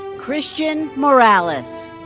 christian morales.